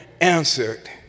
answered